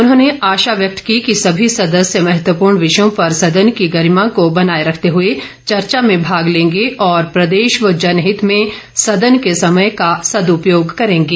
उन्होंने आशा व्यक्त की कि सभी सदस्य महत्वपूर्ण विषयों पर सदन की गरिमा का बनाए रखते हुए चर्चा में भाग लेंगे और प्रदेश व जनहित में सदन के समय का सद् पयोग करेंगे